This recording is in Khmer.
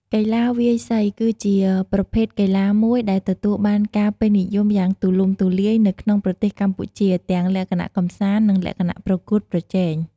កីឡាវាយសី គឺជាប្រភេទកីឡាមួយដែលទទួលបានការពេញនិយមយ៉ាងទូលំទូលាយនៅក្នុងប្រទេសកម្ពុជា ទាំងលក្ខណៈកម្សាន្ត និងលក្ខណៈប្រកួតប្រជែង។